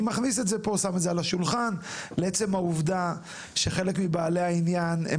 אני שם את זה על השולחן; עצם העובדה שחלק מבעלי העניין הם